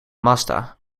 mazda